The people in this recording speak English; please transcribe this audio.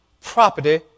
property